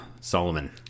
Solomon